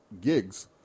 gigs